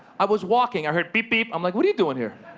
i was walking. i heard, beep! beep! i'm like, what are you doing here?